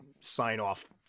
sign-off